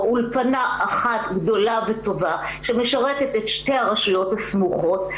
או אולפנה אחת גדולה וטובה שמשרתת את שתי הרשויות הסמוכות,